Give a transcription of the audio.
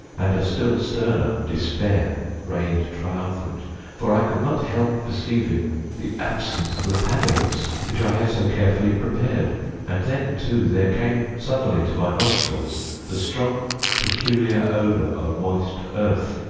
and a still sterner despair reigned triumphant for i could not help perceiving the absence of the paddings which i had so carefully prepared and then, too, there came suddenly to my nostrils the strong peculiar odor of moist earth.